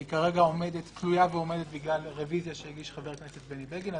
וכרגע היא תלויה ועומדת בגלל רביזיה שהגיש חבר הכנסת בני בגין.